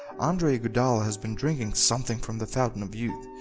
andre iguodala has been drinking something from the fountain of youth.